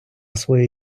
свої